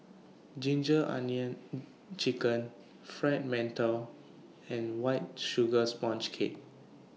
Ginger Onions Chicken Fried mantou and White Sugar Sponge Cake